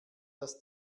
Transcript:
dass